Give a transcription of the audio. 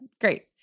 Great